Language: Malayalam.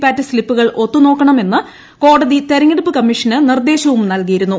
പാറ്റ് സ്ലിപ്പുകൾ ഒത്തുനോക്കണമെന്ന് കോടതി തിരഞ്ഞെടുപ്പ് കമ്മീഷന് നിർദ്ദേശവും നൽകിയിരുന്നു